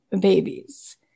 babies